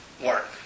work